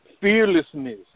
fearlessness